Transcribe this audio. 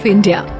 India